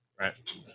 right